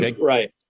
right